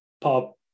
pop